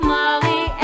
Molly